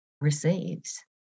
receives